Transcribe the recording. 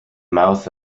mouth